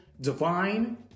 divine